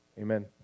Amen